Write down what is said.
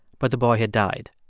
but the boy had died.